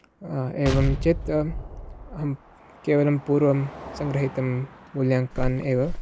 एवं चेत् अहं केवलं पूर्वं सङ्गृहीतं मूल्याङ्कान् एव